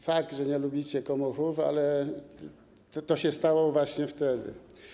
Fakt, nie lubicie komuchów, ale to się stało właśnie wtedy.